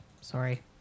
sorry